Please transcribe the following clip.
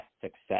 success